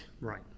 Right